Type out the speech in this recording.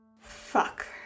Fuck